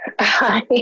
Hi